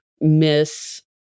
miss